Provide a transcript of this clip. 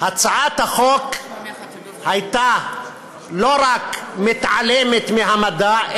הצעת החוק לא רק התעלמה מהמדע,